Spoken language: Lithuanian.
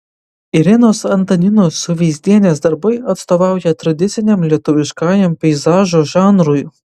irenos antaninos suveizdienės darbai atstovauja tradiciniam lietuviškajam peizažo žanrui